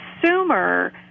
consumer